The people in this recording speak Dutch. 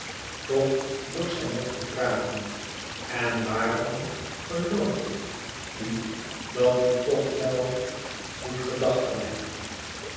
toch dorst zij nog vragen en waarom gelooft u dat u toch wel goed gedacht kan hebben